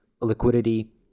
liquidity